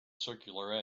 circular